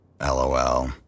LOL